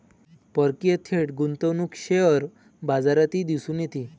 परकीय थेट गुंतवणूक शेअर बाजारातही दिसून येते